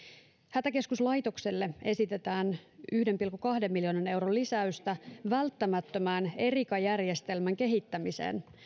hätäkeskuslaitokselle esitetään yhden pilkku kahden miljoonan euron lisäystä välttämättömän erica järjestelmän kehittämiseen